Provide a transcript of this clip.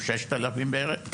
או 6,000 בערך,